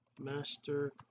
master